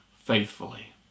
faithfully